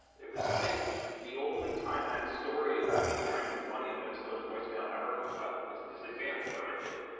it was finished. the only time that story about me trying to be funny on ben stiller's voicemail ever comes up, is this example that i give.